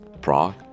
Prague